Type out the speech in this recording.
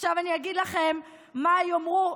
עכשיו אני אגיד לכם מה יאמרו,